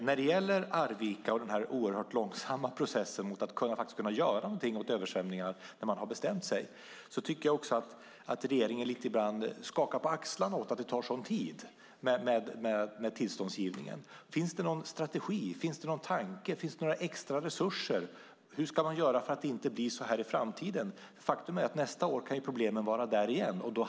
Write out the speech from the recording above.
När det gäller Arvika och denna oerhört långsamma process att faktiskt kunna göra någonting åt översvämningarna när man har bestämt sig tycker jag att regeringen ibland lite grann skakar på axlarna åt att det tar sådan tid med tillståndsgivningen. Finns det någon strategi, finns det någon tanke, finns det några extra resurser? Hur ska man göra för att det inte ska bli så här i framtiden? Faktum är att problemen kan vara där igen nästa år.